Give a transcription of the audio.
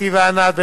אתי וענת,